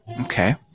Okay